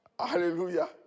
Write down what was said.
Hallelujah